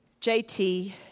JT